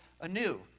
anew